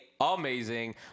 amazing